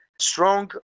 strong